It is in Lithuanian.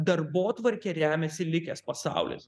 darbotvarke remiasi likęs pasaulis